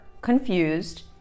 confused